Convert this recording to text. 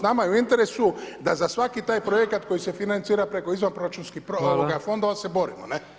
Nama je u interesu da za svaki taj projekat koji se financira preko izvanproračunski fondova da se borimo.